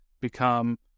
become –